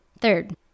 Third